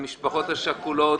למשפחות השכולות,